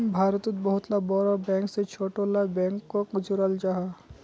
भारतोत बहुत ला बोड़ो बैंक से छोटो ला बैंकोक जोड़ाल जाहा